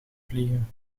vliegen